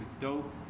dope